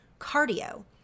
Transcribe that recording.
cardio